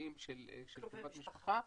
מנישואים של קרובי משפחה,